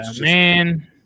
man